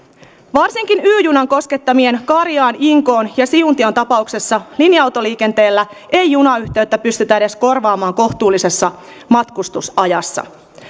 varsinkin y junan koskettamien karjaan inkoon ja siuntion tapauksessa linja autoliikenteellä ei junayhteyttä pystytä edes korvaamaan kohtuullisessa matkustusajassa